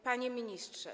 Panie Ministrze!